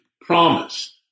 promised